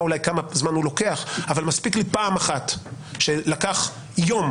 אולי כמה זמן הוא לוקח אבל מספיק לי פעם אחת שלקח יום